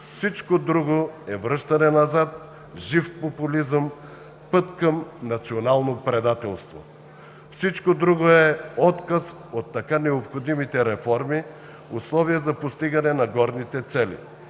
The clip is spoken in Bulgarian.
Всичко друго е връщане назад, жив популизъм, път към национално предателство. Всичко друго е отказ от така необходимите реформи – условие за постигане на горните цели,